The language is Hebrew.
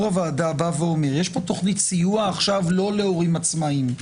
הוועדה אומר שיש פה תוכנית סיוע עכשיו לא להורים עצמאיים,